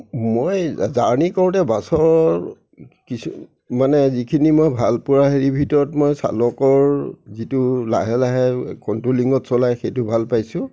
মই জাৰ্নি কৰোতে বাছৰ কিছু মানে যিখিনি মই ভালপোৱা হেৰি ভিতৰত মই চালকৰ যিটো লাহে লাহে কণ্ট্ৰলিঙত চলাই সেইটো ভাল পাইছোঁ